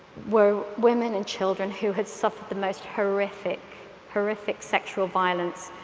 were women and children who had suffered the most horrific horrific sexual violence,